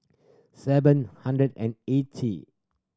seven hundred and eighty